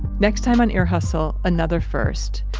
next time on ear hustle, another first.